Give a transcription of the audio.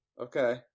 okay